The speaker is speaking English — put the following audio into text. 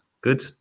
Good